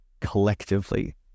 collectively